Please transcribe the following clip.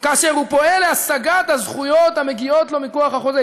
כאשר הוא פועל להשגת הזכויות המגיעות לו מכוח החוזה.